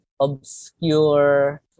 obscure